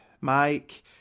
Mike